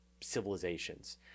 civilizations